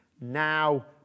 now